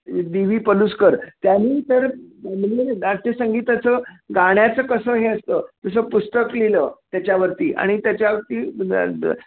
D V Paluskar त्यांनी तर नाट्यसंगीताचं गाण्याचं कसं हे असतं तसं पुस्तक लिहिलं त्याच्यावरती आणि त्याच्यावरती